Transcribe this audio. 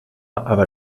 aber